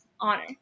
honor